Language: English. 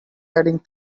heading